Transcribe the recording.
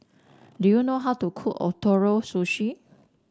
do you know how to cook Ootoro Sushi